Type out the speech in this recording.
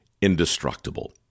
indestructible